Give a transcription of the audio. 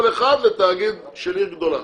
כל אחד לתאגיד של עיר גדולה,